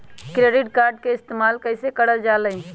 Credit card के इस्तेमाल कईसे करल जा लई?